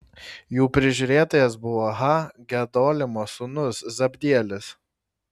jų prižiūrėtojas buvo ha gedolimo sūnus zabdielis